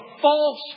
false